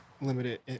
limited